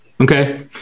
Okay